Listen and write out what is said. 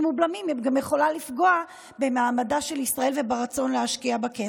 ובלמים גם יכולה לפגוע במעמדה של ישראל וברצון להשקיע בה כסף.